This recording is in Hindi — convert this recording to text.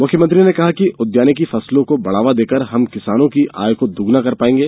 मुख्यमंत्री ने कहा कि उदयानिकी फसलों को बढ़ावा देकर हम किसानों की आय को दोगुना कर पाएंगे